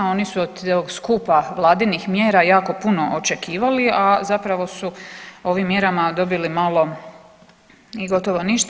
Oni su od ovog skupa vladinih mjera jako puno očekivali, a zapravo su ovim mjerama dobili malo i gotovo ništa.